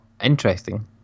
Interesting